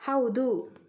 ಹೌದು